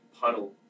puddle